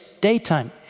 daytime